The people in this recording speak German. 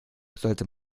sollte